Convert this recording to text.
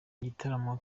gitaramo